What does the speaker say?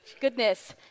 goodness